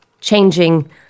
changing